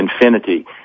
infinity